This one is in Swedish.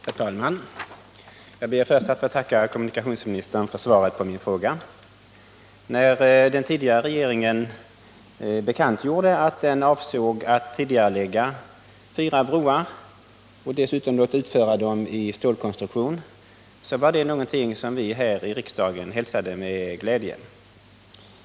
Herr talman! Jag ber först att få tacka kommunikationsministern för svaret på min fråga. När den tidigare regeringen bekantgjorde att den avsåg att tidigarelägga byggandet av fyra broar och dessutom att låta utföra dem i stålkonstruktion, var det någonting som vi här i riksdagen hälsade med glädje.